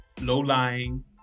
low-lying